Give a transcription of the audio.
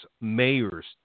mayors